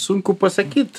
sunku pasakyt